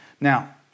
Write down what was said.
Now